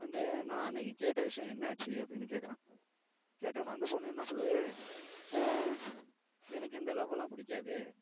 வந்து நான் அன்னைக்கு கேட்ட விஷயோம் என்னாச்சு அப்படின்னு கேட்கறான் கேட்டவொன்னே அந்த பொண்ணு என்ன சொல்லுது எனக்கு இந்த லவ்வெல்லாம் பிடிக்காது